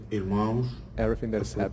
irmãos